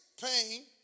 pain